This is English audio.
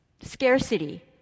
scarcity